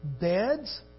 beds